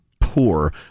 poor